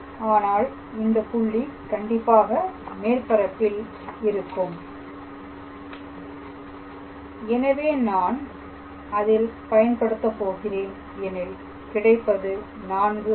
ஆனால் இந்த புள்ளி கண்டிப்பாக மேற்பரப்பில் இருக்கும் எனவே நான் அதில் பயன்படுத்த போகிறேன் எனில் கிடைப்பது 4 ஆகும்